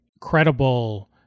credible